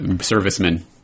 servicemen